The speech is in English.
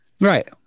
Right